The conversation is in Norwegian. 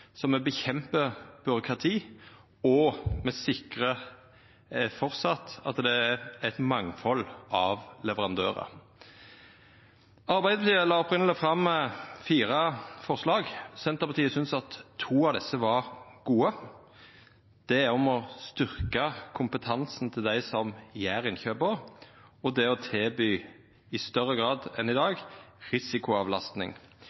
som me kjempar mot byråkrati og sikrar at det framleis er eit mangfald av leverandørar. Arbeidarpartiet og Miljøpartiet Dei Grøne la opphavleg fram fire forslag. Senterpartiet syntest at to av desse var gode. Det gjeld forslaget om å styrkja kompetansen til dei som gjer innkjøpa, og forslaget om i større grad enn i